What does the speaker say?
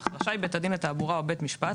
אך רשאי בית דין לתעבורה או בית משפט,